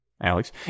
Alex